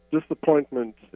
disappointment